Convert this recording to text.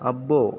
అబ్బో